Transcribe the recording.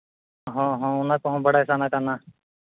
ᱦᱚᱸ ᱦᱚᱸ ᱚᱱᱟ ᱠᱚᱦᱚᱸ ᱵᱟᱲᱟᱭ ᱥᱟᱱᱟ ᱠᱟᱱᱟ